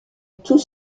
tout